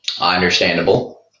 Understandable